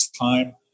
time